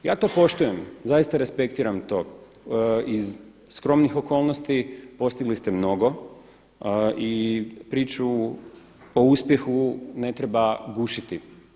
Ja to poštujem, zaista respektiram to iz skromnih okolnosti, postigli ste mnogo i priču o uspjehu ne treba gušiti.